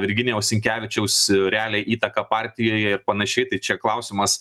virginijaus sinkevičiaus realią įtaką partijoje ir panašiai tai čia klausimas